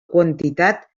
quantitat